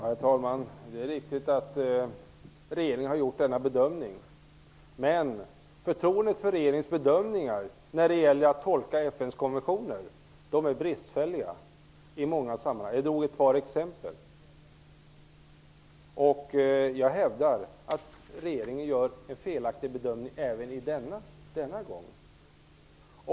Herr talman! Det är riktigt att regeringen har gjort denna bedömning. Men förtroendet för regeringens bedömningar när det gäller att tolka FN:s konventioner är litet i många sammanhang. Jag drog ett par exempel. Jag hävdar att regeringen gör en felaktig bedömning även denna gång.